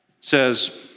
says